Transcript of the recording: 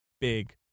big